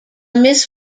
miss